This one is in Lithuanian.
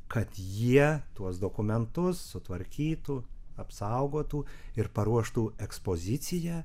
kad jie tuos dokumentus sutvarkytų apsaugotų ir paruoštų ekspoziciją